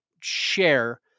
share